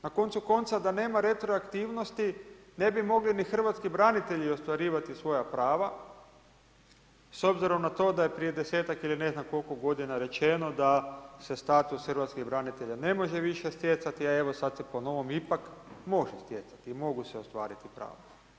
Na koncu konca da nema retroaktivnosti ne bi mogli ni Hrvatski branitelji ostvarivati svoja prava s obzirom na to da je prije 10-tak ili ne znam kolko godina rečeno da se status Hrvatskih branitelja ne može više stjecati, a evo sad se po novom ipak može stjecati i mogu se ostvariti prava.